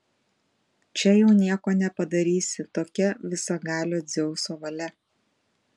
čia jau nieko nepadarysi tokia visagalio dzeuso valia